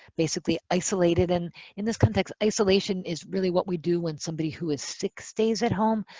basically isolated. and in this context isolation is really what we do when somebody who is sick stays at home.